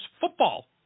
football